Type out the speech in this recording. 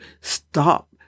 stop